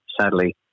sadly